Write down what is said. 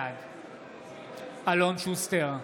בעד אלון שוסטר,